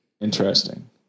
Interesting